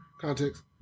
context